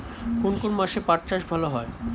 কোন কোন মাসে পাট চাষ ভালো হয়?